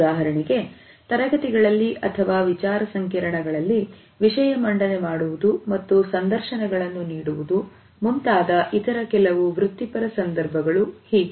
ಉದಾಹರಣೆಗೆ ತರಗತಿಗಳಲ್ಲಿ ಅಥವಾ ವಿಚಾರಸಂಕಿರಣಗಳಲ್ಲಿ ವಿಷಯ ಮಂಡನೆ ಮಾಡುವುದು ಮತ್ತು ಸಂದರ್ಶನಗಳನ್ನು ನೀಡುವುದು ಮುಂತಾದ ಇತರ ಕೆಲವು ವೃತ್ತಿಪರ ಸಂದರ್ಭಗಳು ಹೀಗೆ